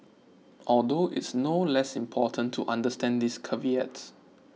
although it's no less important to understand these caveats